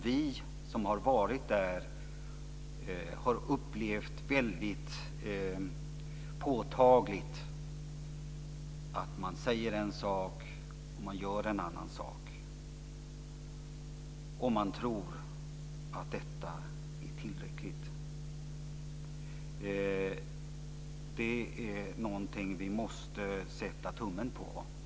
Vi som har varit där har påtagligt upplevt att man säger en sak men gör en annan sak och att man tror att det är tillräckligt. Det är något vi måste sätta tummen på.